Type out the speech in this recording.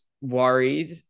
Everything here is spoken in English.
worried